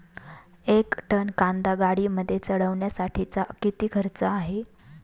एक टन कांदा गाडीमध्ये चढवण्यासाठीचा किती खर्च आहे?